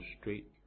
straight